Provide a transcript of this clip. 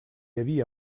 havia